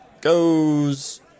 goes